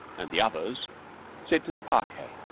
and the others sit in the parquet.